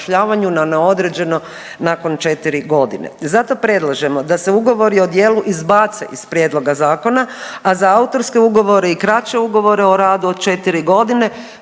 na neodređeno nakon 4 godine. Zato predlažemo da se ugovori o djelu izbace iz Prijedloga zakona, a za autorske ugovore i kraće ugovore o radu od 4 godine